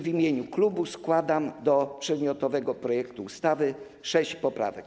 W imieniu klubu składam do przedmiotowego projektu ustawy sześć poprawek.